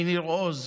מניר עוז,